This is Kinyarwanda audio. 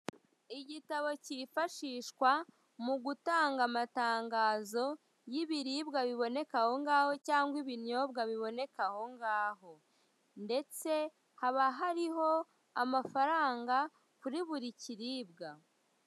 Igitabo kifashishwa mu gutanga amatangazo y'ibiribwa biboneka aho ngaho cyangwa ibinyobwa biboneka aho ngaho ndetse haba hariho amafaranga kuri buri kiribwa.